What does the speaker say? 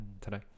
today